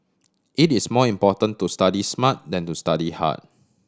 it is more important to study smart than to study hard